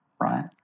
right